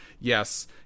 yes